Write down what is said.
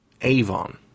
Avon